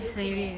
wilting eh